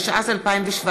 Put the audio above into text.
התשע"ז 2017,